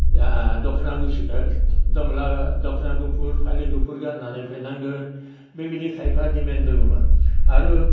दखानाव दंब्ला दख'ना गुफुर फालि गुफुर गाननानै फैनांगोन बेबिदि खायफा दिमेन दङमोन आरो